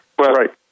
Right